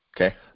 okay